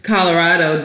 Colorado